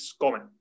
comment